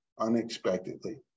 unexpectedly